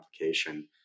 application